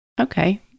Okay